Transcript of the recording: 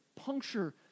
puncture